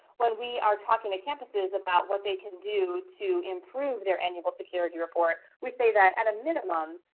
when we are talking to campuses about what they can do to improve their annual security report, we say that at a minimum,